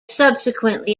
subsequently